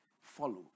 follow